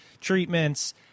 treatments